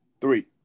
Three